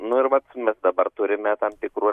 nu ir vatmes dabar turime tam tikrų